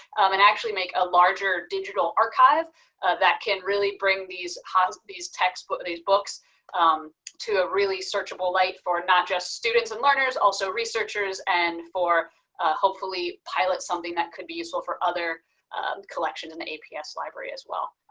and actually make a larger digital archive that can really bring these haas, these texts, but these books to a really searchable light for not just students and learners also researchers and for hopefully pilot something that could be useful for other collections in the aps library as well.